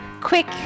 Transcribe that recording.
Quick